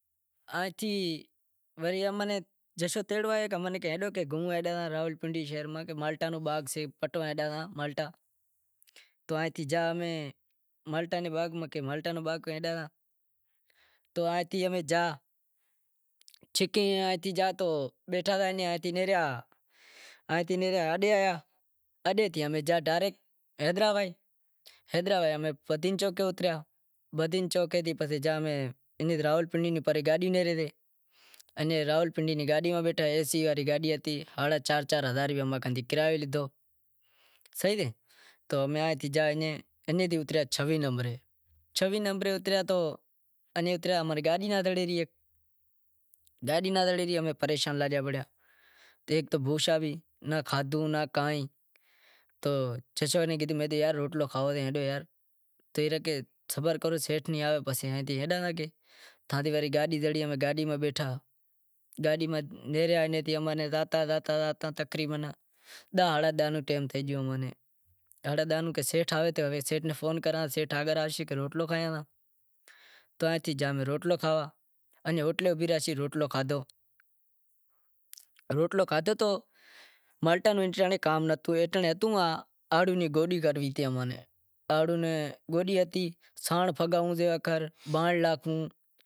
چی وری امیں جشو تیڑوا آیو کہ ہالو گھوموا ہالاں تا راولپنڈی مالٹاں رو باغ سے پٹوا ہالاں تا مالٹا تو آئے تھی گیا مالٹاں رے باغ میں چھکے آئیں تھے جا بیٹھا ہتا آئیں تھے نیہریا اڈے اڈے تھیں امیں ڈاریک حیدرآباد حیدرآباد میں اوتریا بدین اسٹاپ پسے امیں گیا راولپنڈی نی گاڈی نیہرے تی اینیں راولپنڈی نی گاڈی میں بیٹھا ہاڈھا چار چار ہزار امیں کن کرایو لیدہو صحیح رے تو اینیں تھی اوتریا چھویہہ نمبر چھویہہ نمبر اوتریا تو اماری گاڈی ناں زڑے ری تو امیں پریشان تھئے گیا ایک تو بھوش ناں کھادہو ناں کائیں، تاں وڑے امیں گادی زڑی تو زاتا زاتا ڈاھ ہاڈا ڈاھ رو ٹیم تھئے گیو تو کہیں سیٹھ آوے تو سیٹھ ناں فون کراں اگر آوشے تو روٹلو کھاواں، روٹلو کھادہو تو مالٹاں نو کام نتھی ہتو، کام ہتو آڑوں ری گوڈوی کاڈھنڑی تھی اماں نیں آڑو ری گوڈی ہتی سانڑ پھگانڑوں ہتو